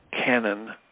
canon